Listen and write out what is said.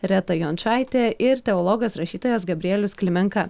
reta jončaitė ir teologas rašytojas gabrielius klimenka